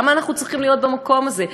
למה אנחנו צריכים להיות במקום הזה?